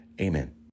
amen